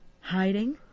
Hiding